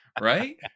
right